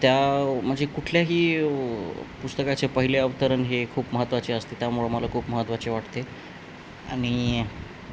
त्या म्हणजे कुठल्याही पुस्तकाचे पहिले अवतरण हे खूप महत्त्वाचे असते त्यामुळं मला खूप महत्त्वाचे वाटते आणि